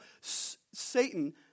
Satan